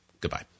goodbye